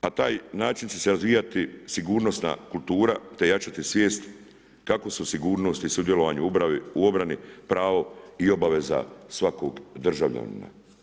A taj način, će se razvijati sigurnosna kultura te jačati svijest kako se u sigurnosti i sudjelovanje u obrani, pravo i obaveza svakog državljanina.